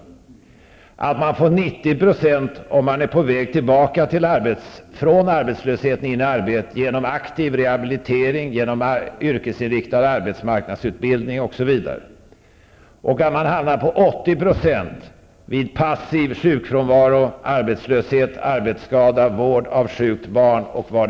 Och tänk er att man får 90 % lön om man är på väg från arbetslöshet till arbete genom aktiv rehabilitering, yrkesinriktad arbetsmarknadsutbildning osv. samt att man hamnar på 80 % vid passiv sjukfrånvaro, arbetslöshet, arbetsskada, vård av sjukt barn etc.